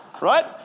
right